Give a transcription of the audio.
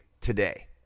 today